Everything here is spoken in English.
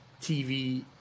TV